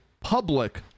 public